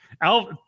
Al